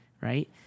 Right